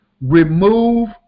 Remove